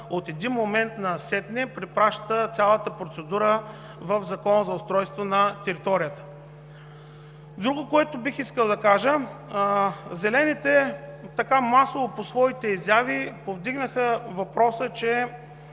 от един момент насетне препраща цялата процедура в Закона за устройство на територията. Друго, което бих искал да кажа. Зелените, така масово по своите изяви, повдигнаха въпроса, че